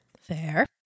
Fair